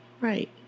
Right